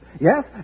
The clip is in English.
Yes